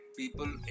people